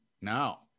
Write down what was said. No